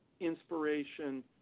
inspiration